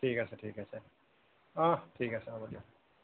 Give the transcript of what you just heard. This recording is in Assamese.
ঠিক আছে ঠিক আছে অঁ ঠিক আছে হ'ব দিয়ক